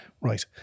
Right